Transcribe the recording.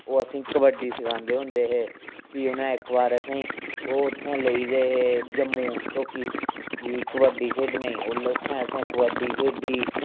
ओह् असेंगी कबड्डी सखांदे होंदे हे फ्ही उ'नें इक बार असें गी ओह् उत्थें लेई गेदे हे जम्मू तौक्की कि कबड्डी खेढने गी ओल्लै उत्थें असें कबड्डी खेढी